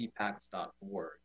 cpacs.org